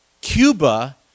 Cuba